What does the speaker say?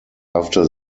after